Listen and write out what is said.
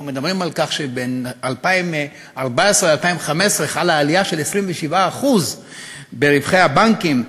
אנחנו מדברים על כך שבין 2014 ל-2015 חלה עלייה של 27% ברווחי הבנקים,